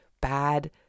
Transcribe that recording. bad